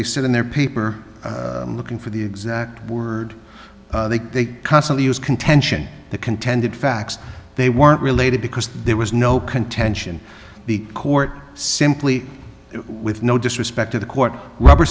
they said in their paper looking for the exact word they constantly use contention the contended facts they weren't related because there was no contention the court simply with no disrespect to the court rubber